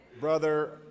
Brother